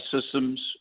systems